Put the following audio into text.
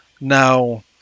now